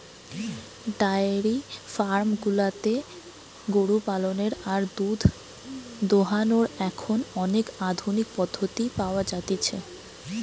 diary farm গুলাতে গরু পালনের আর দুধ দোহানোর এখন অনেক আধুনিক পদ্ধতি পাওয়া যতিছে